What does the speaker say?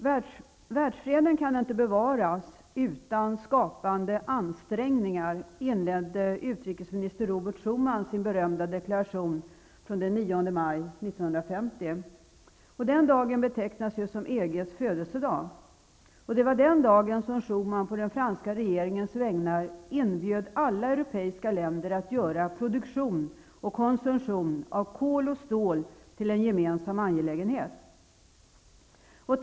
Herr talman! ''Världsfreden kan inte bevaras utan skapande ansträngningar''. Så inledde utrikesminister Robert Schuman sin berömda deklaration från den 9 maj 1950. Den dagen betecknas som EG:s födelsedag. Det var den dagen som Schuman på den franska regeringens vägnar inbjöd alla europeiska länder att göra produktion och konsumtion av kol och stål till en gemensam angelägenhet.